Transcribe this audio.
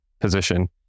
position